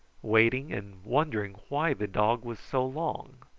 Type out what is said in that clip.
waiting and wondering why the dog was so long.